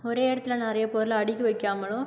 ஒரே இடத்துல நிறையப் பொருள் அடுக்கி வைக்காமலும்